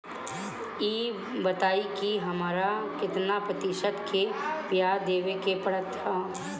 ई बताई की हमरा केतना प्रतिशत के ब्याज देवे के पड़त बा?